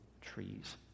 trees